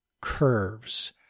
curves